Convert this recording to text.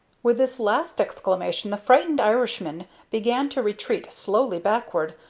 with this last exclamation the frightened irishman began to retreat slowly backward,